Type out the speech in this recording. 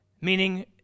meaning